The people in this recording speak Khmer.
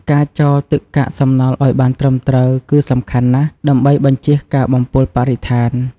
ការចោលទឹកកាកសំណល់ឲ្យបានត្រឹមត្រូវគឺសំខាន់ណាស់ដើម្បីបញ្ចៀសការបំពុលបរិស្ថាន។